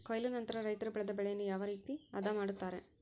ಕೊಯ್ಲು ನಂತರ ರೈತರು ಬೆಳೆದ ಬೆಳೆಯನ್ನು ಯಾವ ರೇತಿ ಆದ ಮಾಡ್ತಾರೆ?